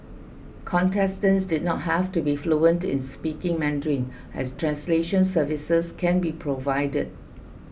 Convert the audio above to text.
contestants did not have to be fluent in speaking Mandarin as translation services can be provided